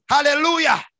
Hallelujah